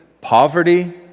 poverty